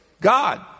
God